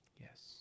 Yes